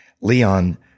Leon